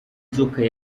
nzoka